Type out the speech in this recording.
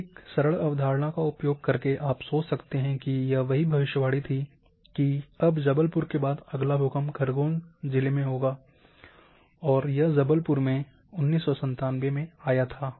तो एक सरल अवधारणा का उपयोग करके आप सोच सकते हैं कि यह वही भविष्यवाणी थी कि अब जबलपुर के बाद अगला भूकंप खरगोन जिले में होगा और यह जबलपुर में 1997 में आया था